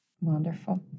Wonderful